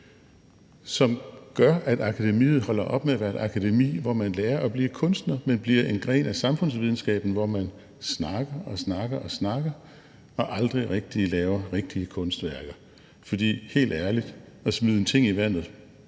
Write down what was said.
som gør, at akademiet holder op med at være et akademi, hvor man lærer at blive kunstner, men bliver en gren af samfundsvidenskaben, hvor man snakker og snakker, og aldrig rigtig laver rigtige kunstværker. For helt ærligt: at smide en ting i vandet